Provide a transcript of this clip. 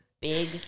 Big